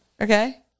Okay